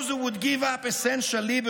Those who would give up essential liberty